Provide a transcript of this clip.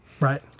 right